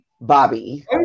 Bobby